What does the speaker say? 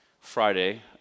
Friday